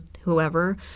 whoever